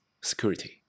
security